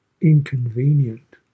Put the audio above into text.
inconvenient